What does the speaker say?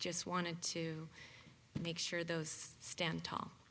just wanted to make sure those stand tall